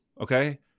okay